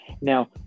Now